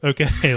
Okay